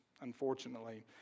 unfortunately